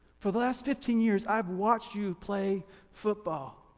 for the last fifteen years, i've watched you play football.